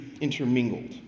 intermingled